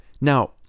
Now